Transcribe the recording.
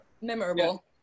memorable